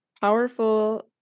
powerful